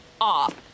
off